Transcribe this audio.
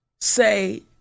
say